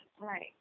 right